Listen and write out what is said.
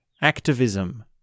activism